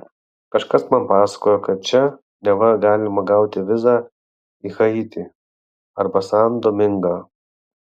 kažkas man pasakojo kad čia neva galima gauti vizą į haitį arba san domingą